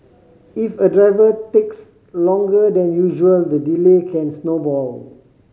if a driver takes longer than usual the delay can snowball